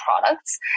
products